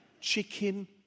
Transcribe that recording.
Chicken